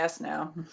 now